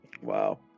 Wow